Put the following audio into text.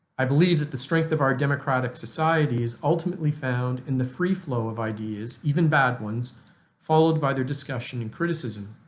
i believe that the strength of our democratic society is ultimately found in the free flow of ideas even bad ones followed by their discussion and criticism.